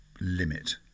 limit